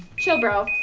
chill bro,